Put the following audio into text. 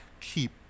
keep